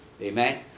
Amen